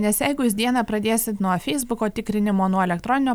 nes jeigu jūs dieną pradėsit nuo feisbuko tikrinimo nuo elektroninio